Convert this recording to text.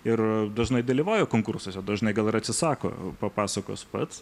ir dažnai dalyvauja konkursuose dažnai gal ir atsisako papasakos pats